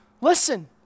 listen